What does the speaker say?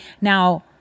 Now